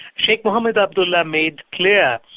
sheikh mohamed abdullah made clear,